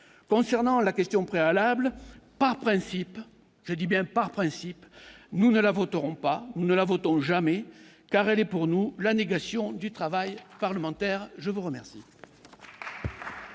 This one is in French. concernant la question préalable par principe, je dis bien, par principe, nous ne la voterons pas, ne la jamais car elle est pour nous la négation du travail parlementaire, je vous remercie.